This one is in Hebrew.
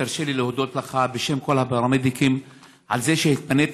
תרשה לי להודות לך בשם כל הפרמדיקים על זה שהתפנית